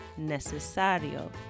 necesario